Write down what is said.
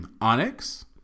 Onyx